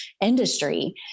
industry